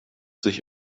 sich